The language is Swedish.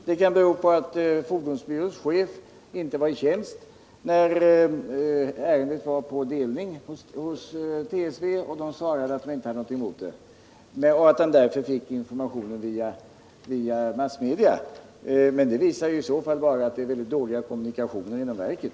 Det kan bero på att fordonsbyråns chef inte var i tjänst, när ärendet var på delning hos TSV och man svarade att verket inte hade något emot det föreslagna beslutet och att han därför fick informationen via massmedia. Men det visar i så fall bara att det är väldigt dåliga kommunikationer inom verket.